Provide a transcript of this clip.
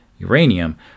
uranium